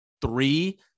three